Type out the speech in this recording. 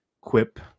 quip